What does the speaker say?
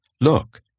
Look